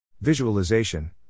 Visualization